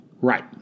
Right